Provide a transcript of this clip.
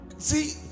See